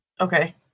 Okay